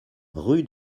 rue